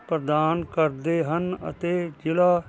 ਪ੍ਰਦਾਨ ਕਰਦੇ ਹਨ ਅਤੇ ਜ਼ਿਲ੍ਹਾ